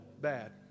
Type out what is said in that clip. bad